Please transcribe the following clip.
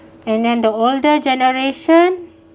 and then the older generation